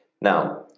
Now